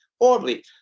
horribly